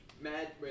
mad